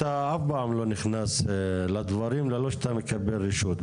אתה אף פעם לא נכנס לדברים ללא שאתה מקבל רשות.